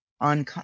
on